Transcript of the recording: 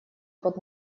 под